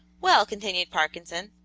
well, continued parkinson,